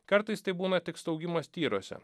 kartais tai būna tik staugimas tyruose